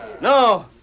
No